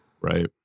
Right